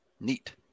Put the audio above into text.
Neat